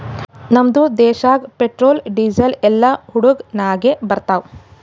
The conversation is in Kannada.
ನಮ್ದು ದೇಶಾಗ್ ಪೆಟ್ರೋಲ್, ಡೀಸೆಲ್ ಎಲ್ಲಾ ಹಡುಗ್ ನಾಗೆ ಬರ್ತಾವ್